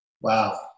wow